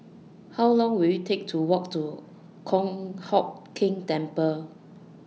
How Long Will IT Take to Walk to Kong Hock Keng Temple